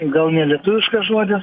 gal ne lietuviškas žodis